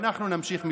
ואנחנו נמשיך מכאן.